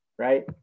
Right